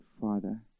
Father